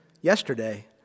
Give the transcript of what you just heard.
yesterday